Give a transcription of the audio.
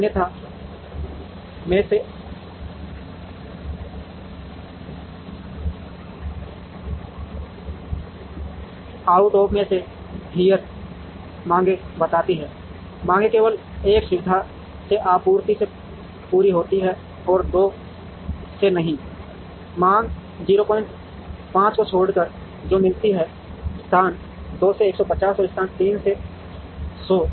अन्यथा में से out of में से here मांगें बताती हैं मांगें केवल एक सुविधा से आपूर्ति से पूरी होती हैं और २ से नहीं मांग ०५ को छोड़कर जो मिलती है स्थान 2 से 150 और स्थान 3 से 100